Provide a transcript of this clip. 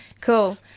Cool